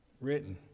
written